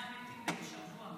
של סיעת ש"ס.